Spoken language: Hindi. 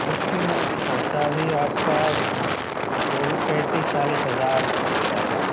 स्टीमेट खर्चा भी आपका वो भी पैंतीस चालिस हज़ार हो जाएगा